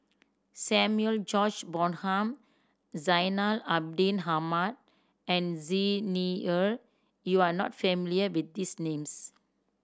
Samuel George Bonham Zainal Abidin Ahmad and Xi Ni Er you are not familiar with these names